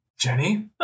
Jenny